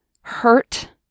Hurt